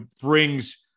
brings